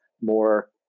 more